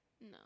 No